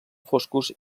foscos